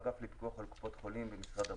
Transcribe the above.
האגף לפיקוח על קופות החולים במשרד הבריאות.